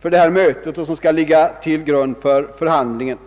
för det mötet och som skall ligga till grund för förhandlingarna.